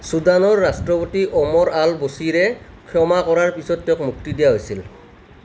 চুদানৰ ৰাষ্ট্ৰপতি Omar al বছিৰে ক্ষমা কৰাৰ পিছত তেওঁক মুক্তি দিয়া হৈছিল